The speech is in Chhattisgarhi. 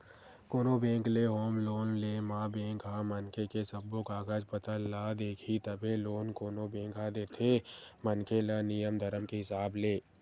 कोनो बेंक ले होम लोन ले म बेंक ह मनखे के सब्बो कागज पतर ल देखही तभे लोन कोनो बेंक ह देथे मनखे ल नियम धरम के हिसाब ले